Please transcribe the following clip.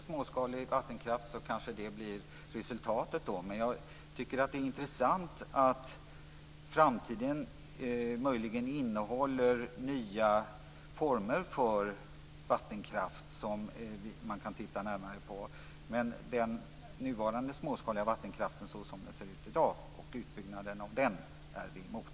Fru talman! Eftersom vi inte vill ha någon mer utbyggnad av småskalig vattenkraft kanske det blir resultatet. Det är intressant att framtiden möjligen innehåller nya former för vattenkraft som det går att titta närmare på. Men vi är emot utbyggnaden av den småskaliga vattenkraften såsom den ser ut i dag.